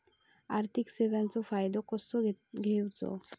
आर्थिक सेवाचो फायदो कसो घेवचो?